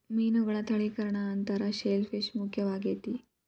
ಮೇನುಗಳ ತಳಿಕರಣಾ ಅಂತಾರ ಶೆಲ್ ಪಿಶ್ ಮುಖ್ಯವಾಗೆತಿ